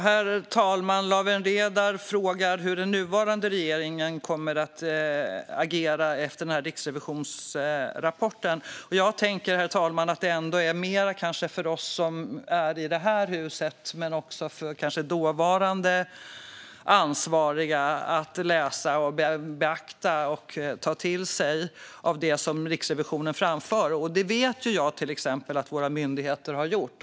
Herr talman! Lawen Redar frågar hur den nuvarande regeringen kommer att agera efter Riksrevisionens rapport. Jag tänker att det kanske är mer för oss som är i det här huset men kanske också för dåvarande ansvariga att läsa och beakta och ta till sig av det som Riksrevisionen framför. Det vet jag att till exempel våra myndigheter har gjort.